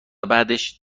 بعدش